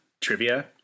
trivia